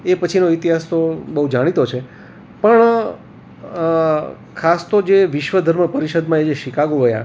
એ પછીનો ઇતિહાસ તો બહું જાણીતો છે પણ ખાસ તો જે વિશ્વ ધર્મ પરિષદમાં એ શિકાગો ગયા